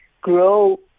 grow